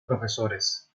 profesores